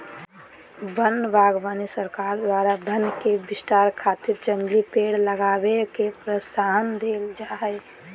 वन बागवानी सरकार द्वारा वन के विस्तार खातिर जंगली पेड़ लगावे के प्रोत्साहन देल जा हई